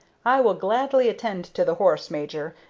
i will gladly attend to the horse, major,